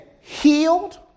healed